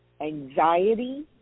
anxiety